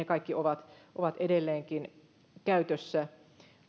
kaikki ovat ovat edelleenkin käytössä